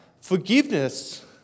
Forgiveness